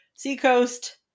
seacoast